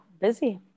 busy